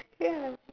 ya